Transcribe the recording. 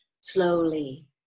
slowly